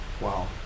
wow